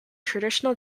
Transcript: traditional